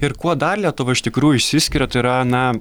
ir kuo dar lietuva iš tikrųjų išsiskiria tai yra na